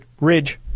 Ridge